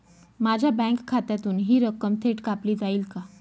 माझ्या बँक खात्यातून हि रक्कम थेट कापली जाईल का?